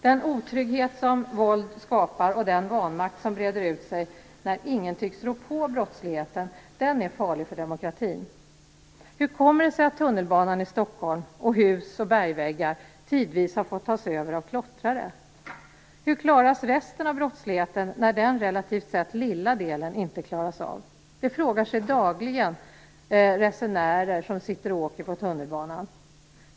Den otrygghet som våld skapar och den vanmakt som breder ut sig när ingen tycks rå på brottsligheten är farliga för demokratin. Hur kommer det sig att tunnelbanan i Stockholm, hus och bergväggar tidvis har fått tas över av klottrare? Hur klaras resten av brottsligheten av när den relativt sett lilla delen inte gör det? Det frågar sig resenärer på tunnelbanan dagligen.